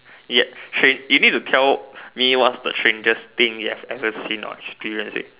ya strange you need to tell me what's the strangest thing you have ever seen or experienced eh